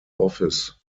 office